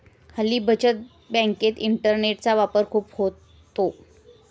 हल्ली बचत बँकेत इंटरनेटचा वापर खूप होतो